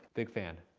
big fan.